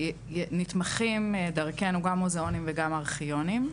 נתמכים דרכנו גם מוזיאונים וגם ארכיונים,